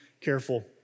careful